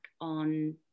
on